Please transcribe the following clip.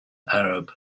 arab